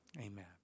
Amen